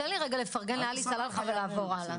תן לי רגע לפרגן לעלי סלאלחה ולעבור הלאה.